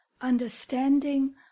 understanding